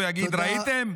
הוא יגיד: ראיתם?